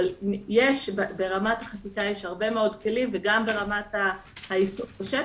אבל ברמת החקיקה יש הרבה מאוד כלים וגם ברמת העיסוק בשטח.